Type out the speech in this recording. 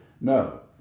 No